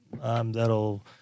that'll